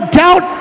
doubt